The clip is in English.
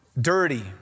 dirty